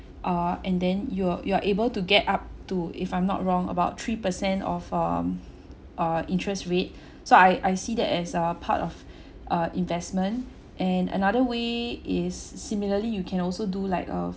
uh and then you'll you're able to get up to if I'm not wrong about three per cent of um uh interest rate so I I see that as a part of uh investment and another way is similarly you can also do like uh